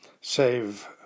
save